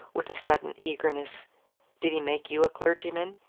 with a sudden eagerness did he make you a clergyman?